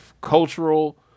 cultural